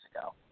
ago